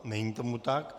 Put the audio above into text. Není tomu tak.